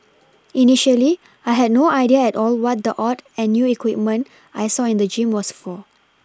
initially I had no idea at all what the odd and new equipment I saw in the gym was for